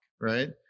right